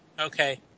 Okay